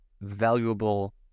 valuable